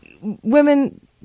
women